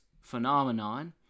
phenomenon